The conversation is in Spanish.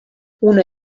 una